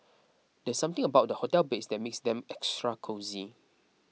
there's something about hotel beds that makes them extra cosy